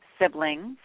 siblings